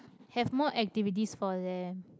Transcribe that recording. have more activities for them